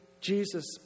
Jesus